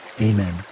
Amen